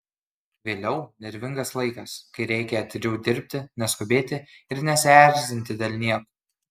vėliau nervingas laikas kai reikia atidžiau dirbti neskubėti ir nesierzinti dėl niekų